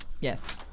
Yes